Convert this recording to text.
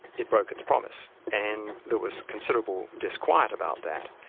it broke its promise. and there was considerable disquiet about that.